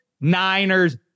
Niners